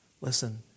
Listen